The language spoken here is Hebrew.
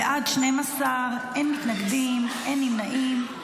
בעד, 12, אין מתנגדים, אין נמנעים.